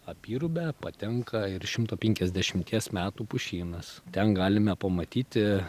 apyrubę patenka ir šimto penkiasdešimties metų pušynas ten galime pamatyti